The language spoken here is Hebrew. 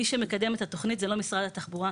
מי שמקדם את התכנית הוא לא משרד התחבורה,